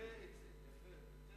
אז תתקנו את זה.